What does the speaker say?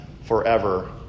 forever